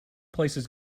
places